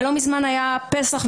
לא מזמן היה פסח,